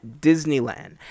disneyland